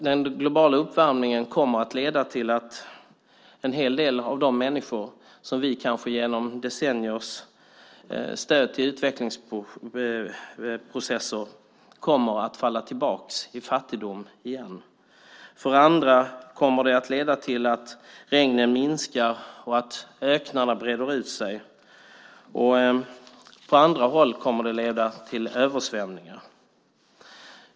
Den globala uppvärmningen kommer att leda till att en hel del av de människor som vi har stött, kanske genom decenniers stöd till utvecklingsprocesser, faller tillbaka i fattigdom igen. Detta kommer också att leda till att regnen minskar och att öknarna breder ut sig. På andra håll kommer det att leda till översvämningar.